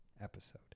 Episode